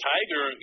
Tiger